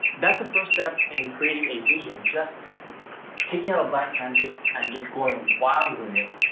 that's the first step in creating a vision. just taking out a blank canvas and just going wild with it.